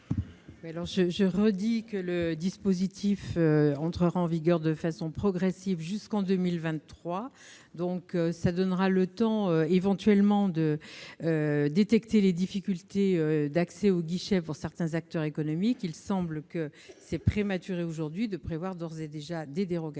le redis, le dispositif entrera en vigueur de façon progressive jusqu'en 2023, ce qui donnera le temps de détecter les difficultés d'accès au guichet de certains acteurs économiques. Il semble prématuré de prévoir d'ores et déjà des dérogations.